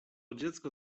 dziecko